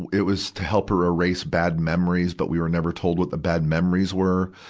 it was to help her erase bad memories, but we were never told what the bad memories were,